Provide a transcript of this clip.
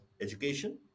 education